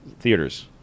theaters